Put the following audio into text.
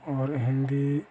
और हिन्दी